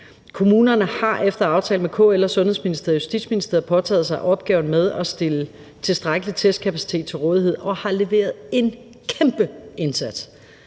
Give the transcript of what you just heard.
Kommunerne har efter aftale med KL og Sundhedsministeriet og Justitsministeriet påtaget sig opgaven med at stille tilstrækkelig testkapacitet til rådighed og har leveret en kæmpe indsats.